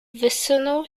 wysunął